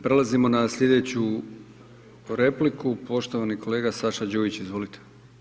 Prelazimo na slijedeću repliku, poštovani kolega Saša Đujić, izvolite.